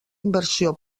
inversió